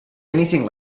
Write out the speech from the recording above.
anything